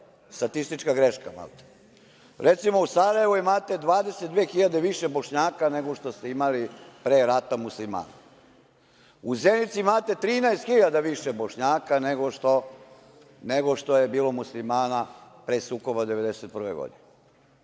statistička greška. Recimo, u Sarajevu imate 22 hiljade više Bošnjaka nego što ste imali pre rata Muslimana. U Zenici imate 13 hiljada više Bošnjaka nego što je bilo Muslimana pre sukoba 1991. godine.